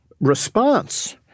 response